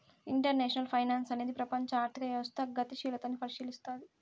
international finance అనేది ప్రపంచం ఆర్థిక వ్యవస్థ గతిశీలతని పరిశీలస్తది